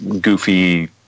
goofy